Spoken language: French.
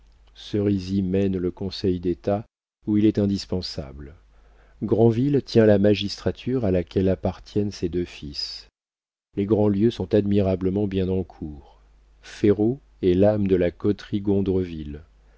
restauration serizy mène le conseil d'état où il est indispensable granville tient la magistrature à laquelle appartiennent ses deux fils les grandlieu sont admirablement bien en cour féraud est l'âme de la coterie